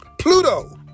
Pluto